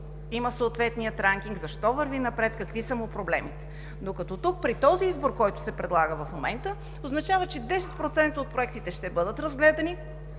има съответния ранкинг, защо върви напред, какви са му проблемите. Докато при този избор, който се предлага в момента, означава, че 10% от проектите ще бъдат разгледани